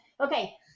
Okay